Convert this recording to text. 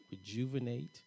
rejuvenate